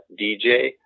DJ